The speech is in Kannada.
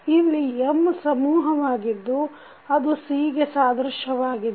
ಇಲ್ಲಿ M ಸಮೂಹವಾಗಿದ್ದು ಅದು C ಗೆ ಸಾದೃಶ್ಯವಾಗಿದೆ